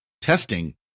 testing